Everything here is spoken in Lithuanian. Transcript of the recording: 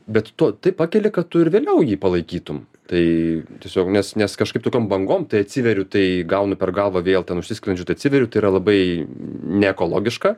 bet tuo taip pakeli kad tu ir vėliau jį palaikytum tai tiesiog nes nes kažkaip tokiom bangom tai atsiveriu tai gaunu per galvą vėl ten užsisklendžiu tai atsiveriu tai yra labai neekologiška